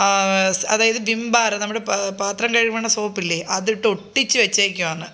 അതായത് Vim bar നമ്മുടെ പാത്രം കഴുകണ സോപ്പില്ലേ അതിട്ടിട്ടൊട്ടിച്ച് വെച്ചേക്കുവാന്ന്